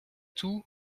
tout